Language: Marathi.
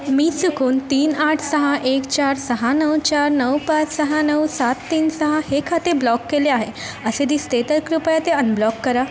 मी चुकून तीन आठ सहा एक चार सहा नऊ चार नऊ पाच सहा नऊ सात तीन सहा हे खाते ब्लॉक केले आहे असे दिसते तर कृपया ते अनब्लॉक करा